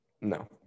No